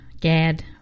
Gad